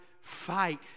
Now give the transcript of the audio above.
fight